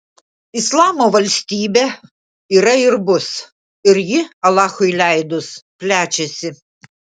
islamo valstybė yra ir bus ir ji alachui leidus plečiasi